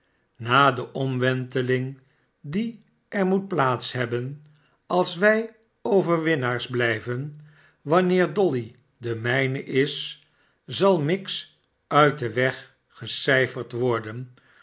na de omwenteling die er moet plaats hebben als wij overwinnaars blijven wanneer dolly de mijne is zal miggs uit den weg gecijferd worden